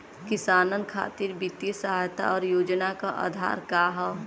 किसानन खातिर वित्तीय सहायता और योजना क आधार का ह?